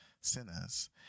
sinners